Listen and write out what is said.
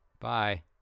Bye